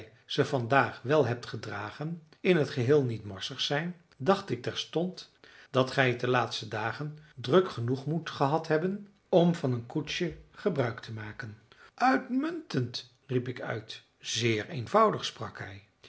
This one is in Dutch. ze vandaag wel hebt gedragen in t geheel niet morsig zijn dacht ik terstond dat gij het de laatste dagen druk genoeg moet gehad hebben om van een koetsje gebruik te maken uitmuntend riep ik uit zeer eenvoudig sprak hij